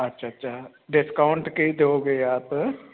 ਅੱਛਾ ਅੱਛਾ ਡਿਸਕਾਊਂਟ ਕੀ ਦੋਗੇ ਆਪ